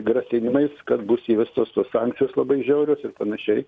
grasinimais kad bus įvestos tos sankcijos labai žiaurios ir panašiai